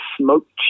smoked